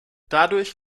dadurch